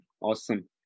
Awesome